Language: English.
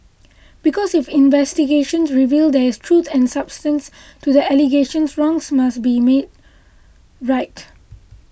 because if investigations reveal there is truth and substance to the allegations wrongs must be made right